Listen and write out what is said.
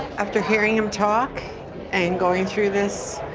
after hearing him talk and going through this?